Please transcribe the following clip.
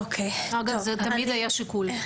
זה תמיד היה שיקול.